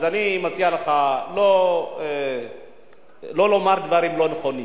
אז אני מציע לך לא לומר דברים לא נכונים.